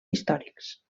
històrics